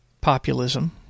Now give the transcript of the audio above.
populism